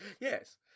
Yes